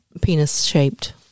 penis-shaped